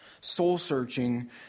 soul-searching